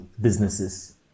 businesses